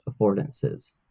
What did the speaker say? affordances